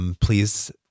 Please